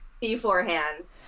beforehand